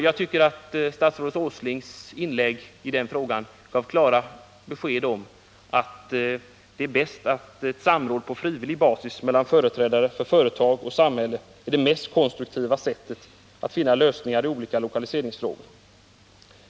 Jag tycker att statsrådet Åslings inlägg i den frågan gav klara besked om att det är bäst med ett samråd på frivillig basis mellan företrädare för företag och samhälle. Det är det mest konstruktiva sättet att finna lösningar i olika lokaliseringsfrågor.